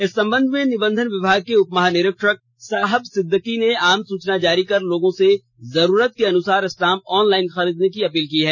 इस संबंध में निबंधन विभाग के उपमहानिरीक्षक साहब सिद्दीकी ने आम सूचना जारी कर लोगों से जरूरत के अनुसार स्टांप ऑनलाइन खरीदने की अपील की है